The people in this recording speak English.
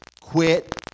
quit